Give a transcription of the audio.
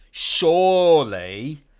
surely